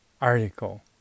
article